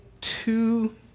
two